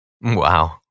Wow